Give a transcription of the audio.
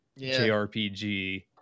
JRPG